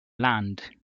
land